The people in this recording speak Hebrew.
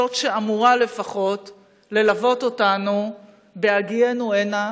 זאת שאמורה לפחות ללוות אותנו בהגיענו הנה,